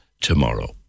tomorrow